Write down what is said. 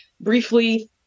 briefly